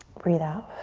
breathe out.